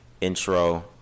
intro